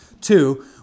Two